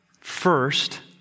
First